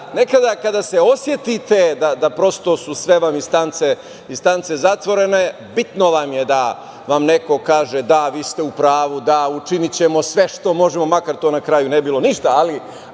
nekada kada se osetite da su vam sve instance zatvorene, bitno vam je da vam neko kaže – da, vi ste u pravu, učinićemo sve što možemo, makar to na kraju ne bilo ništa, ali